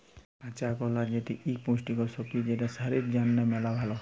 কাঁচা কলা যেটি ইক পুষ্টিকর সবজি যেটা শরীর জনহে মেলা ভাল